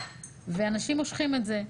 ואנשים מושכים את זה,